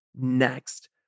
next